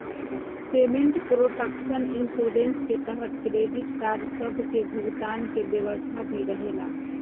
payment protection insurance के तहत credit card सब के भुगतान के व्यवस्था भी रहेला